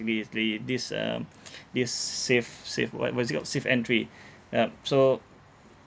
basically this um this safe safe what what is it called safeentry yup so